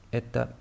että